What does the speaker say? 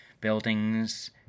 Buildings